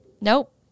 Nope